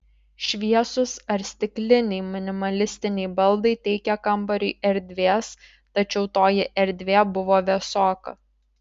šviesūs ar stikliniai minimalistiniai baldai teikė kambariui erdvės tačiau toji erdvė buvo vėsoka